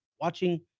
watching